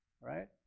Right